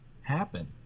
happen